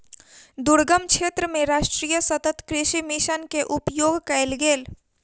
दुर्गम क्षेत्र मे राष्ट्रीय सतत कृषि मिशन के उपयोग कयल गेल